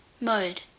Mode